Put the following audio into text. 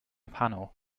panel